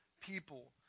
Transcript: people